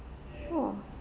!wah!